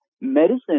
medicine